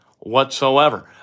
whatsoever